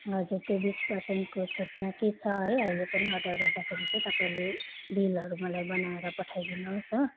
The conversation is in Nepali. हजुर त्यो बिस पर्सेन्टको छुट्मा के छ है अहिले पनि अर्डर गर्दाखेरि चाहिँ तपाईँले बिलहरू मलाई बनाएर पठाइदिनुहोस् हो